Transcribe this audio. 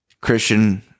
christian